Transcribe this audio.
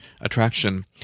attraction